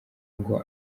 ngo